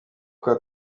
kwa